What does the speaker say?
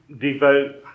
devote